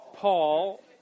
Paul